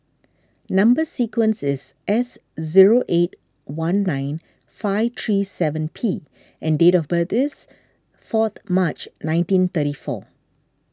Number Sequence is S zero eight one nine five three seven P and date of birth is fourth March nineteen thirty four